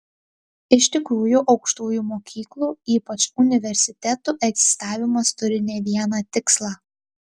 iš tikrųjų aukštųjų mokyklų ypač universitetų egzistavimas turi ne vieną tikslą